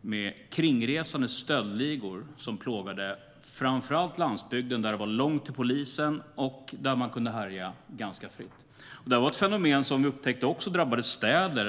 med kringresande stöldligor som plågade framför allt landsbygden, där det var långt till polisen och där ligorna därför kunde härja ganska fritt. Det här var ett fenomen som vi upptäckte även drabbade städerna.